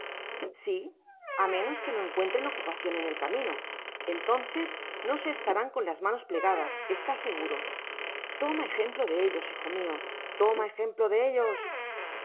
si á menos que no encuentren ocupacion en el camino entonces no se estarán con las manos plegadas está seguro toma ejemplo de ellos hijo mio toma ejemplo de ellos